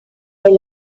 est